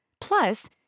Plus